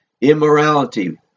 immorality